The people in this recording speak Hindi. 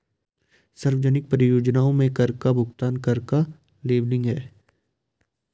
सार्वजनिक परियोजनाओं में कर का भुगतान कर का लेबलिंग है